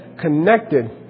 connected